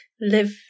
live